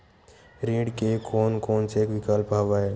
ऋण के कोन कोन से विकल्प हवय?